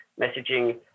messaging